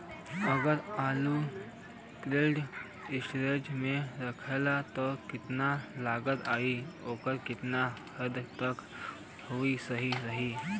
अगर आलू cold storage में रखायल त कितना लागत आई अउर कितना हद तक उ सही रही?